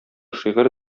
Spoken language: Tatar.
шигырь